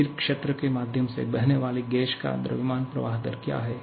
स्थिर क्षेत्र के माध्यम से बहने वाली गैस का द्रव्यमान प्रवाह दर क्या है